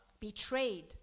betrayed